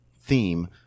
theme